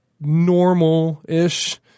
normal-ish